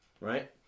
right